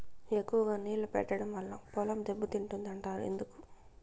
ఎక్కువగా నీళ్లు పెట్టడం వల్ల పొలం దెబ్బతింటుంది అంటారు ఎందుకు?